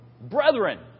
brethren